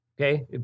Okay